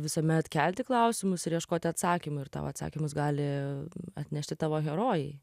visuomet kelti klausimus ir ieškoti atsakymų ir tau atsakymus gali atnešti tavo herojai